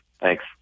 Thanks